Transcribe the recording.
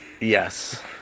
Yes